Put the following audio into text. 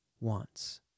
Wants